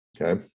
Okay